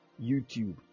YouTube